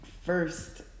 first